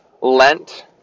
Lent